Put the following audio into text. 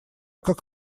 как